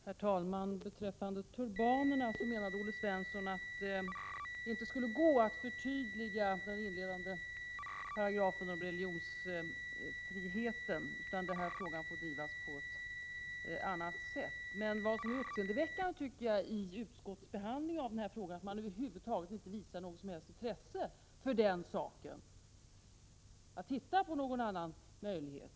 Herr talman! I fråga om rätten att bära turban menade Olle Svensson att det inte skulle gå att förtydliga den inledande paragrafen om religionsfrihet, utan frågan fick drivas på annat sätt. Det uppseendeväckande i utskottsbehandlingen av frågan är att man inte visat något som helst intresse för att undersöka någon annan möjlighet.